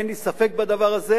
אין לי ספק בדבר הזה,